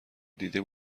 دیده